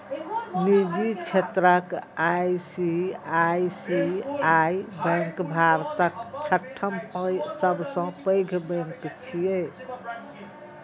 निजी क्षेत्रक ICICI bank भारतक छठम सबसं पैघ बैंक छियै